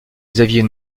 xavier